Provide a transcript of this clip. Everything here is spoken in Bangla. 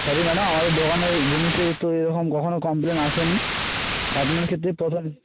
সরি ম্যাডাম আমাদের দোকানের জিনিসের তো এরকম কখনও কমপ্লেন আসেনি আপনার ক্ষেত্রেই প্রথম